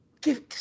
give